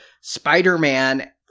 spider-man